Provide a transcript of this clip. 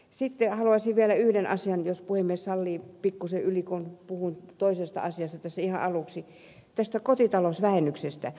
sitten haluaisin vielä yhden asian mainita jos puhemies sallii pikkuisen ajan ylityksen kun puhuin toisesta asiasta tässä ihan aluksi eli tämän kotitalousvähennyksen